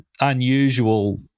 unusual